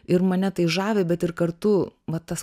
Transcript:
ir mane tai žavi bet ir kartu vat tas